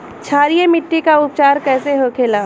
क्षारीय मिट्टी का उपचार कैसे होखे ला?